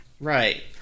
Right